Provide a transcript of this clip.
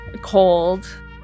cold